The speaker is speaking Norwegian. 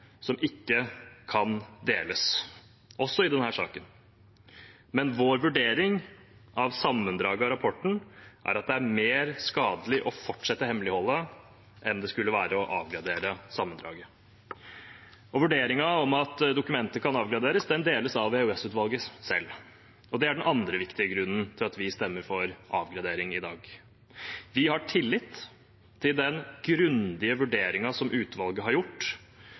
som ikke kan deles, også i denne saken. Men vår vurdering av sammendraget av rapporten er at det er mer skadelig å fortsette hemmeligholdet enn det skulle være å avgradere sammendraget. Vurderingen av at dokumentet kan avgraderes, deles av EOS-utvalget selv. Det er den andre viktige grunnen til at vi stemmer for avgradering i dag. Vi har tillit til den grundige vurderingen som utvalget har gjort,